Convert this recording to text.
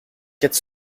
quatre